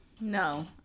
No